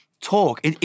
talk